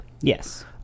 Yes